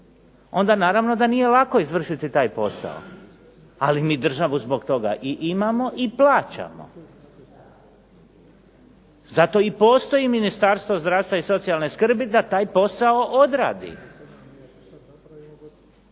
onda naravno da nije lako izvršiti taj posao. Ali mi državu zbog toga i imamo i plaćamo. Zato i postoji Ministarstvo zdravstva i socijalne skrbi da taj posao odradi.